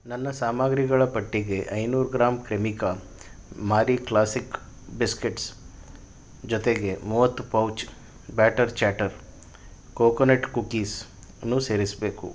ನನ್ನ ಸಾಮಗ್ರಿಗಳ ಪಟ್ಟಿಗೆ ಐನೂರು gram Cremica Marie classic biscuits ಜೊತೆಗೆ ಮೂವತ್ತು pouch batter chatter coconut ಕುಕೀಸ್ನು ಸೇರಿಸಬೇಕು